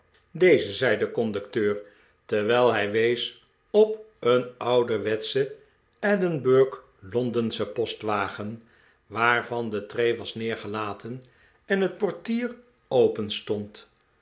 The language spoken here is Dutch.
deze zei de conducteur terwijl hij wees op een ouderwetschen edinburg londenschen postwagen waarvan de tree was neergelaten en het portier